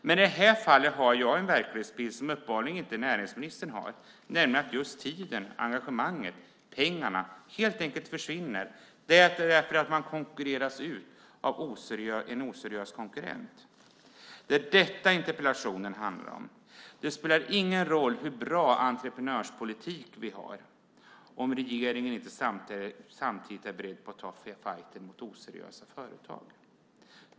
Men i det här fallet har jag en verklighetsbild som uppenbarligen inte näringsministern har, nämligen att just tiden, engagemanget och pengarna helt enkelt försvinner därför att man konkurreras ut av en oseriös konkurrent. Det är detta interpellationen handlar om. Det spelar ingen roll hur bra entreprenörspolitik vi har om regeringen inte samtidigt är beredd att ta fajten mot oseriösa företagare.